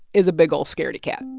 is a big, old scaredy cat